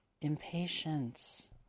impatience